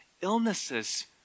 illnesses